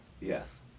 Yes